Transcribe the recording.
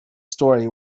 story